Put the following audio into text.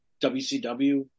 wcw